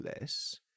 less